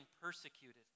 persecuted